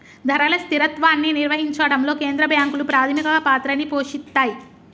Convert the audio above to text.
ధరల స్థిరత్వాన్ని నిర్వహించడంలో కేంద్ర బ్యాంకులు ప్రాథమిక పాత్రని పోషిత్తాయ్